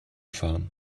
fahren